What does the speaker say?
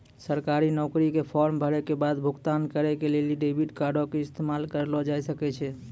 सरकारी नौकरी के फार्म भरै के बाद भुगतान करै के लेली डेबिट कार्डो के इस्तेमाल करलो जाय सकै छै